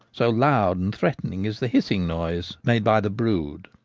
so loud and threatening is the hissing noise made by the brood.